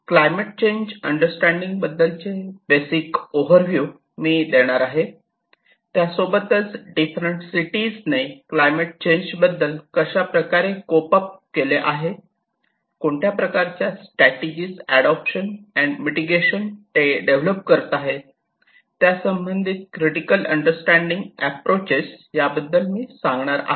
climate change understanding बद्दल चे basic overview मी देणार आहे त्यासोबतच डिफरंट सिटीज ने क्लायमेट चेंज बद्दल कशाप्रकारे कोप अप केले कोणत्या प्रकारच्या स्ट्रॅटेजी अडॉप्टेशन अँड मिटिगेशन ते डेव्हलप करत आहेत त्यासंबंधित क्रिटिकल अंडरस्टँडिंग अॅप्रोचेस याबद्दल मी सांगणार आहे